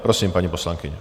Prosím, paní poslankyně.